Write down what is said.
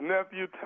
Nephew